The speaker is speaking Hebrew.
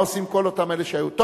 מה עושים כל אותם אלה שהיו?